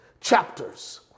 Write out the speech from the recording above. chapters